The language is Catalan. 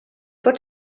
pot